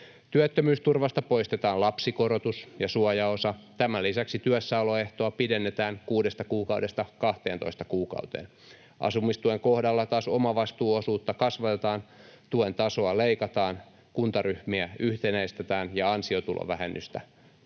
Työttömyysturvasta poistetaan lapsikorotus ja suojaosa. Tämän lisäksi työssäoloehtoa pidennetään kuudesta kuukaudesta 12 kuukauteen. Asumistuen kohdalla taas omavastuuosuutta kasvatetaan, tuen tasoa leikataan, kuntaryhmiä yhtenäistetään ja ansiotulovähennys poistetaan.